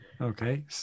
Okay